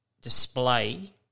display